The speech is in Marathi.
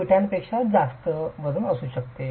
हे वीटापेक्षा जास्त 20 टक्के वजन असू शकते